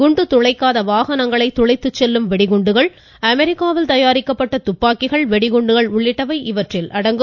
குண்டு துளைக்காத வாகனங்களை துளைத்துச் செல்லும் வெடிகுண்டுகள் அமெரிக்காவில் தயாரிக்கப்பட்ட துப்பாக்கிகள் வெடிகுண்டுகள் உள்ளிட்டவை இவற்றில் அடங்கும்